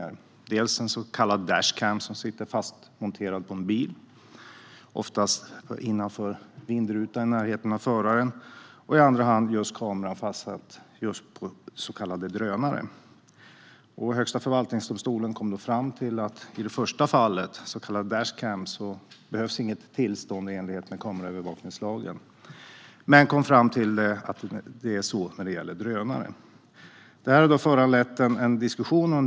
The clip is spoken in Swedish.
Dels hade man prövat en så kallad dash cam, som sitter fastmonterad på en bil, oftast innanför vindrutan i närheten av föraren, dels en kamera fastsatt på drönare. Högsta förvaltningsdomstolen kom fram till att inget tillstånd behövs för dash cams, i enlighet med kameraövervakningslagen, men att tillstånd behövs när det gäller drönare. Detta har föranlett en diskussion.